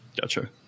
Gotcha